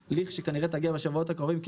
אם תגיע בשבועות הקרובים,